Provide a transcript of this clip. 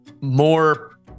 more